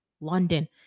London